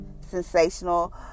sensational